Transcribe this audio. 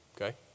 okay